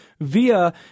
via